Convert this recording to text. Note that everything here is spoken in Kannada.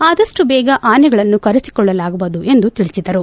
ಅದಪ್ಪು ಬೇಗ ಆನೆಗಳನ್ನು ಕರೆಸಿಕೊಳ್ಳಲಾಗುವುದು ಎಂದು ತಿಳಿಸಿದರು